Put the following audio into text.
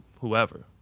whoever